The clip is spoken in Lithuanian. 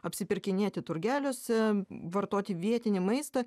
apsipirkinėti turgeliuose vartoti vietinį maistą